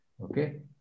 Okay